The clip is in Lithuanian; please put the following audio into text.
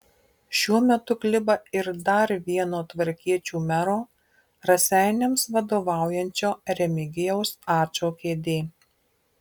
šiuo metu kliba ir dar vieno tvarkiečių mero raseiniams vadovaujančio remigijaus ačo kėdė